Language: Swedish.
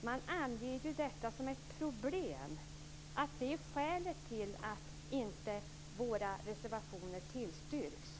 Man anger detta som ett problem och som skälet till att våra reservationer inte tillstyrks.